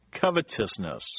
covetousness